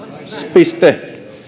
piste